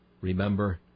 Remember